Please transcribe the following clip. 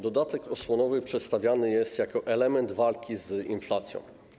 Dodatek osłonowy przedstawiany jest jako element walki z inflacją.